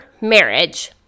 marriage